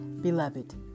Beloved